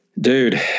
Dude